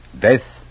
death